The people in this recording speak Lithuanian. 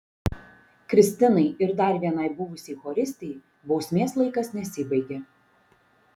kristinai ir dar vienai buvusiai choristei bausmės laikas nesibaigė